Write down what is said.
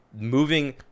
moving